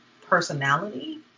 personality